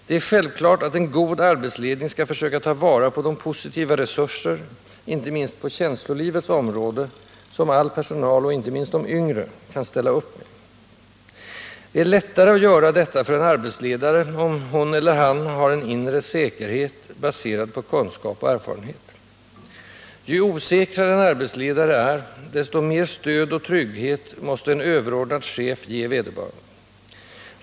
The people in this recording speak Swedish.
Det är självklart att en god arbetsledning skall ta vara på de positiva resurser, inte minst på känslolivets område, som all personal, inte minst de yngre, kan ställa upp med. Det är lättare att göra detta för en arbetsledare om hon eller han har en inre säkerhet, baserad på kunskap och erfarenhet. Ju osäkrare en arbetsledare är, desto mer stöd och trygghet måste en överordnad chef ge vederbörande.